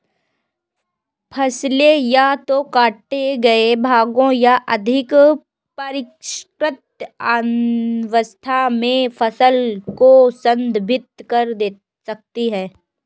फसलें या तो काटे गए भागों या अधिक परिष्कृत अवस्था में फसल को संदर्भित कर सकती हैं